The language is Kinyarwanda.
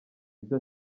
ibyo